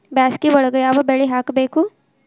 ಬ್ಯಾಸಗಿ ಒಳಗ ಯಾವ ಬೆಳಿ ಹಾಕಬೇಕು?